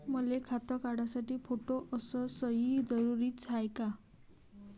मले खातं काढासाठी फोटो अस सयी जरुरीची हाय का?